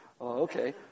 Okay